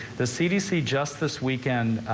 the cdc just this weekend.